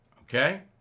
Okay